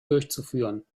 durchzuführen